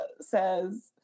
says